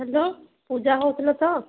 hello Puja କହୁଥିଲ ତ